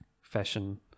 fashion